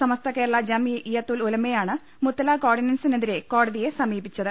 സമസ്ത Kerala Jamiyyathul ഉലമയാണ് മുത്തലാഖ് ഓർഡി നൻസിനെതിരെ കോടതിയെ സമീപിച്ചത്